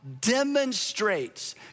demonstrates